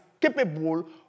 capable